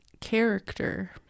character